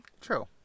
True